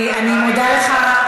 אני מודה לך,